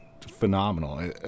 phenomenal